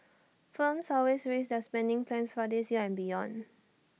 firms always raised their spending plans for this year and beyond